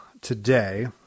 today